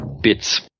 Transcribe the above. bits